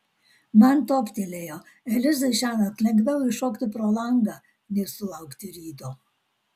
man toptelėjo elizai šiąnakt lengviau iššokti pro langą nei sulaukti ryto